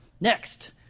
next